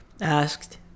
asked